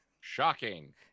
Shocking